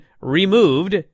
removed